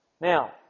Now